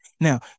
Now